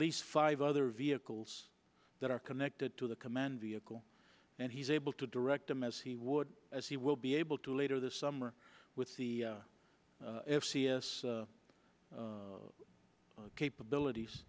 least five other vehicles that are connected to the command vehicle and he's able to direct them as he would as he will be able to later this summer with the f c s capabilities